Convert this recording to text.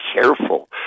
careful